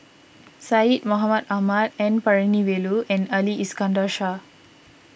Syed Mohamed Ahmed N Palanivelu and Ali Iskandar Shah